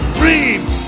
dreams